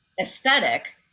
aesthetic